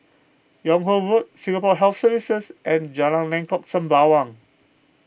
Yung Ho Road Singapore Health Services and Jalan Lengkok Sembawang